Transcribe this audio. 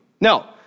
No